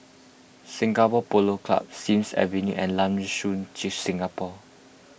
Singapore Polo Club Sims Avenue and Lam Soon Singapore